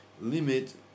limit